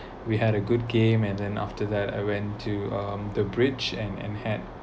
we had a good game and then after that I went to um the bridge and and had